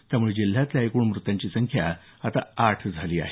त्यामुळे जिल्ह्यातल्या एकूण मृतांची संख्या आता आठ झाली आहे